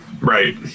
Right